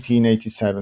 1887